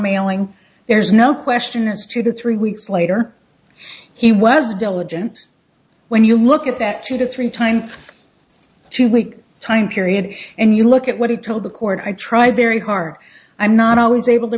mailing there's no question it's two to three weeks later he was diligent when you look at that two to three time two week time period and you look at what he told the court i try very hard i'm not always able to